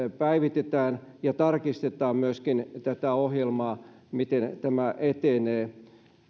päivitetään ja tarkistetaan tätä ohjelmaa miten tämä etenee